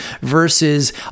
versus